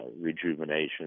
rejuvenation